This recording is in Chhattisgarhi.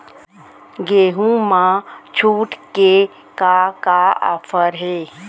गेहूँ मा छूट के का का ऑफ़र हे?